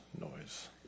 noise